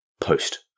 post